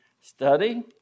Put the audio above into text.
study